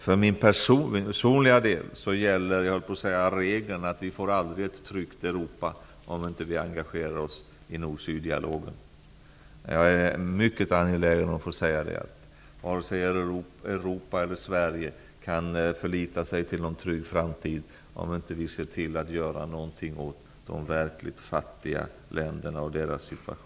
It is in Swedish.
För min personliga del gäller uppfattningen att vi aldrig får ett tryggt Europa om vi inte engagerar oss i nord--syd-dialogen. Jag är mycket angelägen att få säga det. Varken Europa eller Sverige kan förlita sig på någon trygg framtid om vi inte ser till att göra någonting åt situationen i de verkligt fattiga länderna. Tack!